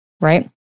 right